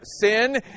sin